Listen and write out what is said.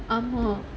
ஆமா:aamaa